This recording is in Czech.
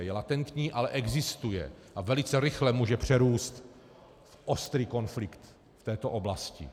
Je latentní, ale existuje a velice rychle může přerůst v ostrý konflikt v této oblasti.